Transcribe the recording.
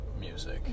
music